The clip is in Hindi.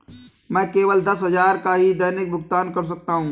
मैं केवल दस हजार का ही दैनिक भुगतान कर सकता हूँ